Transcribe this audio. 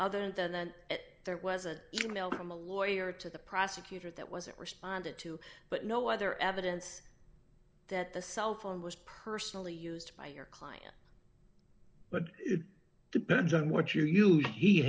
other than that there was an e mail from a lawyer to the prosecutor that wasn't responded to but no other evidence that the cell phone was personally used by your client but it depends on what you used he